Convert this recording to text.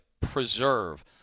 preserve